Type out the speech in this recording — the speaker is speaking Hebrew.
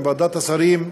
עם ועדת השרים.